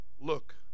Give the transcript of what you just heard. look